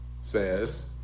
says